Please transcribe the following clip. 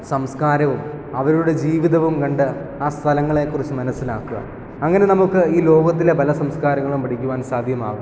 സംസ്കാരവും അവരുടെ ജീവിതവും കണ്ട് ആ സ്ഥലങ്ങളെ കുറിച്ച് മനസ്സിലാക്കുക അങ്ങനെ നമുക്ക് ഈ ലോകത്തിലെ പല സംസ്കാരങ്ങളും പഠിക്കുവാൻ സാധ്യമാകും